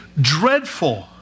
dreadful